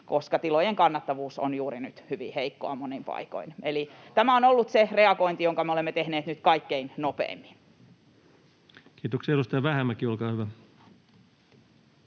koska tilojen kannattavuus on juuri nyt hyvin heikkoa monin paikoin. [Välihuuto perussuomalaisten ryhmästä] Eli tämä on ollut se reagointi, jonka me olemme tehneet nyt kaikkein nopeimmin. Kiitoksia. — Edustaja Vähämäki, olkaa hyvä.